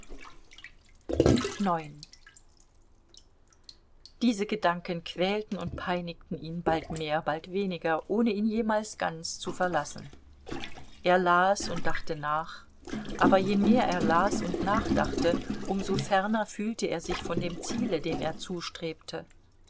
diese gedanken quälten und peinigten ihn bald mehr bald weniger ohne ihn jemals ganz zu verlassen er las und dachte nach aber je mehr er las und nachdachte um so ferner fühlte er sich von dem ziele dem er zustrebte